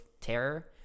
terror